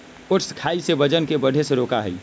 oats खाई से वजन के बढ़े से रोका हई